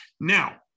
Now